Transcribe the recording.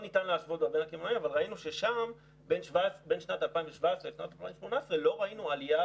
בין שנת 2017 ל-2018,לא ראינו עלייה